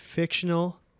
Fictional